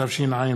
התשע"ו